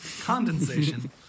Condensation